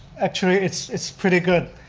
actually, it's it's pretty good,